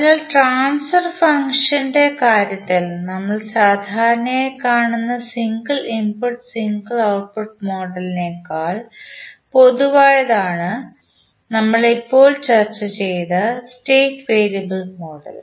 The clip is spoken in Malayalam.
അതിനാൽ ട്രാൻസ്ഫർ ഫംഗ്ഷന്റെ കാര്യത്തിൽ നമ്മൾ സാധാരണയായി കാണുന്ന സിംഗിൾ ഇൻപുട്ട് സിംഗിൾ ഔട്ട്പുട്ട് മോഡലിനേക്കാൾ പൊതുവായതാണ് നമ്മൾ ഇപ്പോൾ ചർച്ച ചെയ്ത സ്റ്റേറ്റ് വേരിയബിൾ മോഡൽ